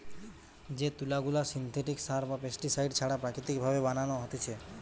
যে তুলা গুলা সিনথেটিক সার বা পেস্টিসাইড ছাড়া প্রাকৃতিক ভাবে বানানো হতিছে